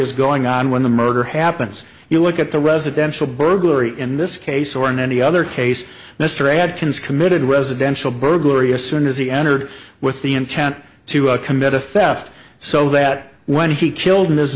is going on when the murder happens you look at the residential burglary in this case or in any other case mr adkins committed residential burglary as soon as he entered with the intent to commit a fest so that when he killed